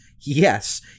Yes